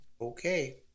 okay